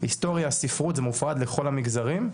היסטוריה, ספרות, זה מופרד לכל המגזרים,